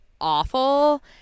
awful